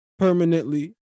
permanently